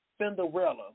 Cinderella